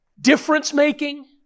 difference-making